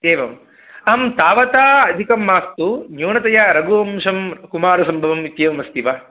एवम् अहं तावता अधिकं मास्तु न्यूनतया रघुवंशं कुमारसम्भवम् इत्येवम् अस्ति वा